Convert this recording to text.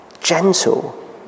gentle